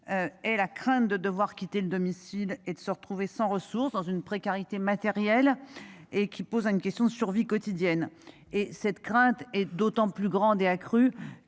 Et la crainte de devoir quitter le domicile et de se retrouver sans ressources dans une précarité matérielle et qui pose une question de survie quotidienne. Et cette crainte est d'autant plus grande, et a cru